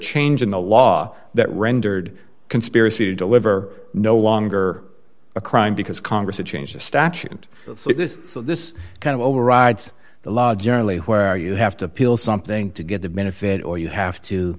change in the law that rendered conspiracy to deliver no longer a crime because congress a change of statute and so this kind of overrides the law generally where you have to appeal something to get the benefit or you have to